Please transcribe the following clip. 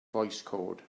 voicecode